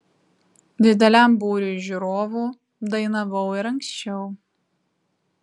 dideliam būriui žiūrovų dainavau ir anksčiau